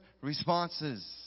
responses